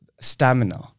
Stamina